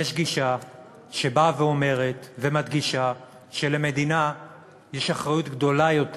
יש גישה שבאה ואומרת ומדגישה שלמדינה יש אחריות גדולה יותר